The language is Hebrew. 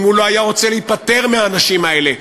אם הוא לא היה רוצה להיפטר מהאנשים האלה,